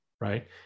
right